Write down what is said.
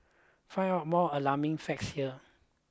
find out more alarming facts here